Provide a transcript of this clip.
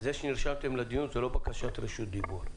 זה שנרשמתם לדיון לא מקנה רשות דיבור.